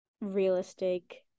realistic